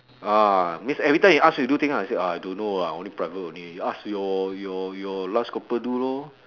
ah means every time he ask you to do things right I say ah I don't know ah I only private only you ask your your your lance corporal do loh